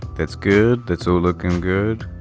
that's good. that's all looking good.